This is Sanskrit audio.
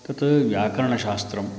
तत् व्याकरणशास्त्रम्